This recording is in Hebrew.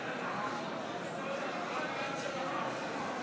הרי תוצאות ההצבעה,